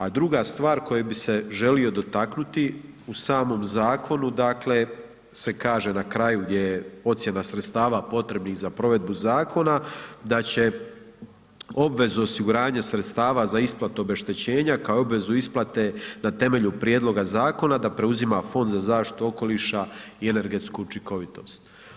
A druga stvar koje bih se želio dotaknuti u samom zakonu dakle se kaže na kraju gdje je ocjena sredstava potrebnih za provedbu zakona da će obvezu osiguranja sredstava za isplatu obeštećenja kao i obvezu isplate na temelju prijedloga zakona da preuzima Fond za zaštitu okoliša i energetsku učinkovitost.